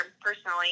personally